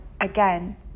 again